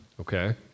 Okay